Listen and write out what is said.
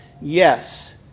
Yes